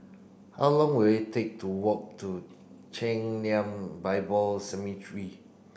how long will it take to walk to Chen Lien Bible Seminary